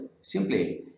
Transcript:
simply